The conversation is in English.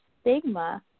stigma